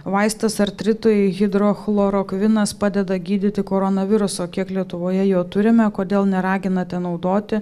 vaistas artritui hidrochlorokvinas padeda gydyti koronavirusą kiek lietuvoje jo turime kodėl neraginate naudoti